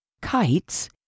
kites